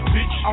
Bitch